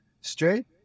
straight